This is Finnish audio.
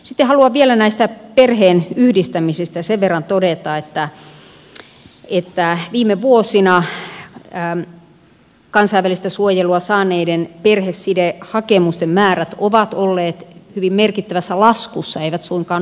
sitten haluan vielä näistä perheenyhdistämisistä sen verran todeta että viime vuosina kansainvälistä suojelua saaneiden perhesidehakemusten määrät ovat olleet hyvin merkittävässä laskussa eivät suinkaan nousussa